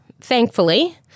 thankfully